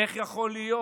איך יכול להיות?